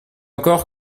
encore